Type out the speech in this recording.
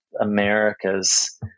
Americas